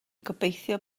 gobeithio